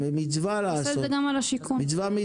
נעשה גם על השיכון.